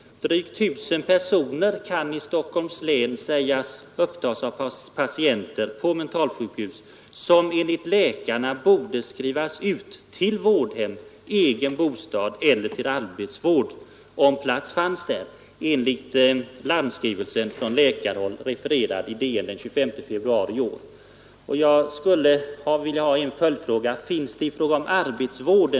Drygt 1 000 vårdplatser på mentalsjukhus i Stockholms län är enligt larmskrivelsen från läkarhåll, refererad i Dagens Nyheter den 5 februari i år, upptagna av personer som borde skrivas ut till vårdhem, till egen bostad eller till arbetsvård om plats där fanns. Jag skulle vilja ställa en följdfråga: Finns det i fråga om arbetsvården något nytt att avisera här i riksdagen, eftersom denna är en sådan propp i detta sammanhang för en god mentalvård.